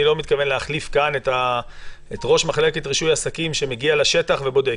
אני לא מתכוון להחליף כאן את ראש מחלקת רישוי עסקים שמגיע לשטח ובודק.